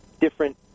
different